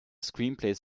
screenplays